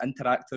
interactive